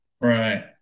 Right